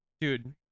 Dude